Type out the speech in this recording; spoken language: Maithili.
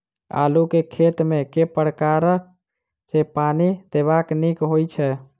आलु केँ खेत मे केँ प्रकार सँ पानि देबाक नीक होइ छै?